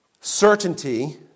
certainty